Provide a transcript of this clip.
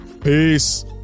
Peace